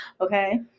okay